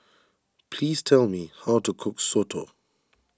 please tell me how to cook Soto